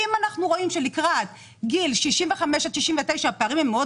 אם אנחנו רואים שלקראת גיל 65 עד 69 הפערים הם מאוד